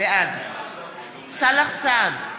בעד סאלח סעד,